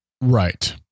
Right